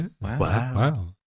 wow